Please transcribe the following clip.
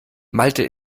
malte